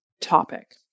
topic